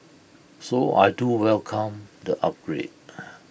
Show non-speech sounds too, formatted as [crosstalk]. so I do welcome the upgrade [noise]